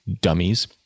Dummies